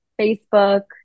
Facebook